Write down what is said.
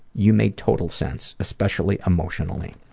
you make total sense, especially emotionally.